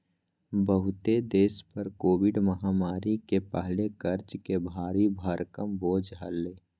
बहुते देश पर कोविड महामारी के पहले कर्ज के भारी भरकम बोझ हलय